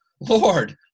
Lord